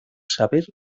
saber